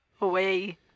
away